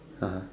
(uh huh)